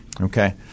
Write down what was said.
Okay